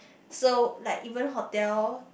so like even hotel